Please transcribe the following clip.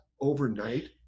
overnight